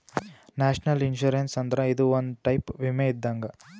national insurance ಅಂದ್ರ ಇದು ಒಂದ್ ಟೈಪ್ ವಿಮೆ ಇದ್ದಂಗ್